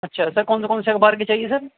اچھا سر کون سے کون سے اخبار کے چاہیے سر